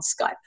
Skype